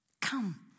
Come